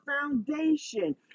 foundation